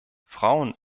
frauen